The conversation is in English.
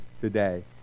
today